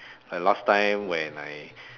like last time when I